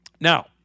Now